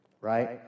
right